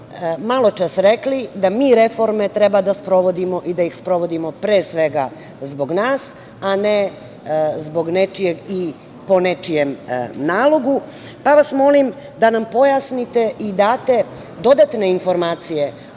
maločas rekli da mi reforme treba da sprovodimo i da ih sprovodimo pre svega zbog nas, a ne po nečijem nalogu, pa vas molim da nam pojasnite i date dodatne informacije